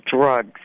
drugs